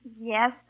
Yes